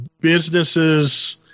businesses